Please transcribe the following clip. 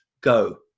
go